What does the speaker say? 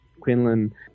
Quinlan